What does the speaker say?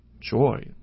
joy